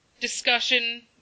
discussion